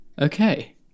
okay